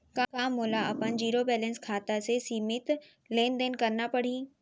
का मोला अपन जीरो बैलेंस खाता से सीमित लेनदेन करना पड़हि?